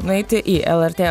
nueiti į lrt